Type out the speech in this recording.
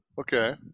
Okay